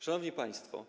Szanowni Państwo!